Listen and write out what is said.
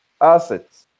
assets